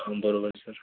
बरोबर सर